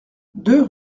deux